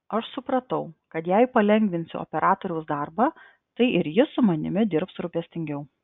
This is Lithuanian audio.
aš supratau kad jei palengvinsiu operatoriaus darbą tai ir jis su manimi dirbs rūpestingiau